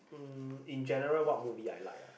um in general what movie I like ah